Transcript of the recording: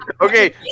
Okay